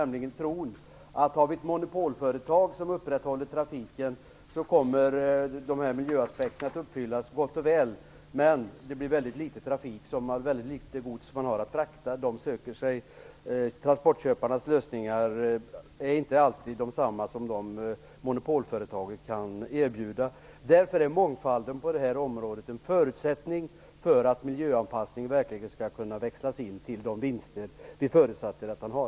De tror att om vi har ett monopolföretag som upprätthåller trafiken kommer miljöaspekterna att uppfyllas gott och väl. Men det blir väldigt litet gods att frakta. Transportköparnas lösningar är inte alltid de som monopolföretaget kan erbjuda. Därför är mångfalden på det här området en förutsättning för att miljöanpassning verkligen skall kunna växlas in till de vinster vi förutsätter att man har.